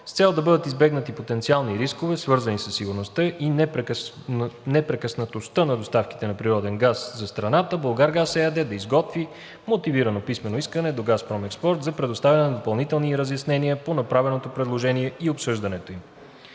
С цел да бъдат избегнати потенциални рискове, свързани със сигурността и непрекъснатостта на доставките на природен газ за страната, „Булгаргаз“ ЕАД да изготви мотивирано писмено искане до ООО „Газпром Експорт“ за предоставяне на допълнителни разяснения по направеното предложение и обсъждането им;